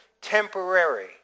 temporary